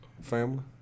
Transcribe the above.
Family